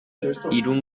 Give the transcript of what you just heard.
historiari